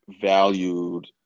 valued